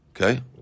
Okay